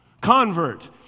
Convert